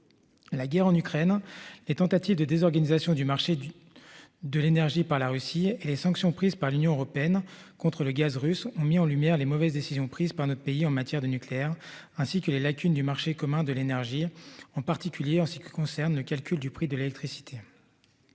La guerre en Ukraine et tentatives de désorganisation du marché du. De l'énergie par la Russie. Les sanctions prises par l'Union européenne contre le gaz russe ont mis en lumière les mauvaises décisions prises par notre pays en matière de nucléaire, ainsi que les lacunes du Marché commun de l'énergie, en particulier en ce qui concerne le calcul du prix de l'électricité.